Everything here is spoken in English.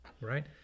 right